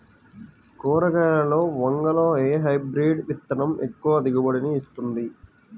కూరగాయలలో వంగలో ఏ హైబ్రిడ్ విత్తనం ఎక్కువ దిగుబడిని ఇస్తుంది?